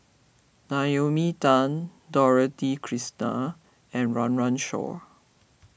Naomi Tan Dorothy Krishnan and Run Run Shaw